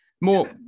more